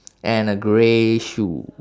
and a grey shoe